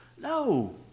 No